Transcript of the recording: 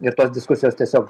ir tos diskusijos tiesiog